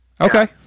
Okay